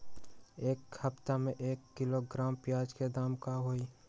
एक सप्ताह में एक किलोग्राम प्याज के दाम का होई?